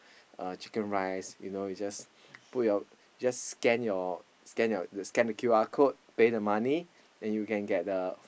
chicken rice you know just scan Q_R code and pay the money and get the